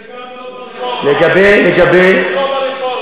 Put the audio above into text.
זה גם לא נכון, זה לא ברפורמה.